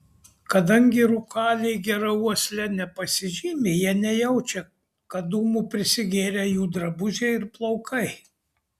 kadangi rūkaliai gera uosle nepasižymi jie nejaučia kad dūmų prisigėrę jų drabužiai ir plaukai